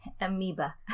Amoeba